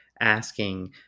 asking